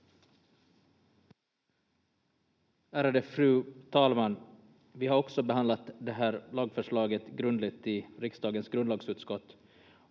Ärade fru talman! Vi har också behandlat det här lagförslaget grundligt i riksdagens grundlagsutskott.